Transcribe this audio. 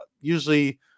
usually